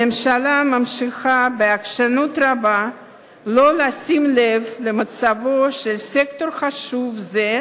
הממשלה ממשיכה בעקשנות רבה לא לשים לב למצבו של סקטור חשוב זה,